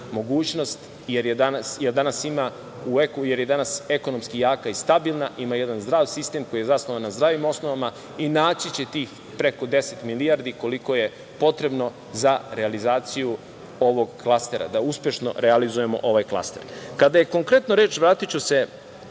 mogućnost jer je danas ekonomski jaka i stabilna, ima jedan zdrav sistem koji je zasnovan na zdravim osnovama i naći će tih preko 10 milijardi koliko je potrebno za realizaciju ovog klastera, da uspešno realizujemo ovaj klaster. Vratiću se